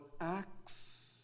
acts